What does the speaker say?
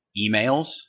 emails